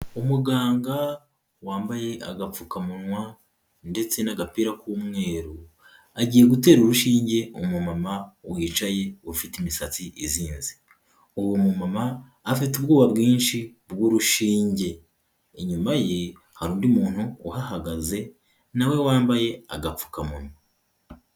Umuganga wambaye agapfukamunwa ndetse n'agapira k'umweru, agiye gutera urushinge umumama wicaye ufite imisatsi izinze, uwo mumama afite ubwoba bwinshi bw'urushinge, inyuma ye hari undi muntu uhahagaze nawe wambaye agapfukamunwa.